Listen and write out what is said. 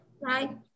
Right